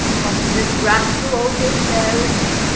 must this rascal also share with me?